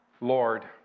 Lord